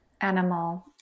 animal